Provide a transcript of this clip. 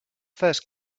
first